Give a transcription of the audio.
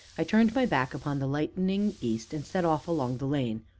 i turned my back upon the lightening east and set off along the lane.